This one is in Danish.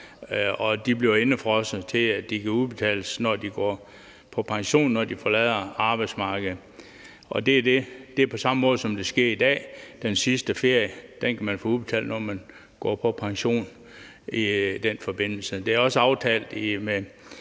De bliver indefrosset, så de kan udbetales, når man går på pension, når man forlader arbejdsmarkedet. Det er på samme måde, som det sker i dag: Den sidste ferie kan man få udbetalt, når man går på pension. Det er aftalt i